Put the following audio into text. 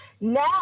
Now